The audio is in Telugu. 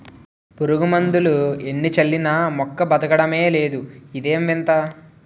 పురుగుమందులు ఎన్ని చల్లినా మొక్క బదకడమే లేదు ఇదేం వింత?